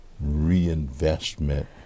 reinvestment